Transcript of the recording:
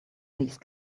these